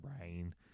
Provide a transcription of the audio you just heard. rain